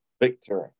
victory